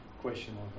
question